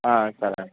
సరేనండి